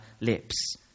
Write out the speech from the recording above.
lips